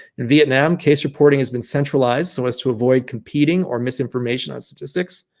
in vietnam case reporting has been centralized so as to avoid competing or misinformation on statistics,